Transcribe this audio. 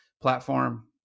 platform